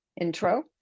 intro